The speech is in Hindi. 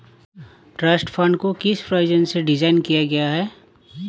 ट्रस्ट फंड को किस प्रयोजन से डिज़ाइन किया गया है?